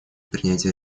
принятии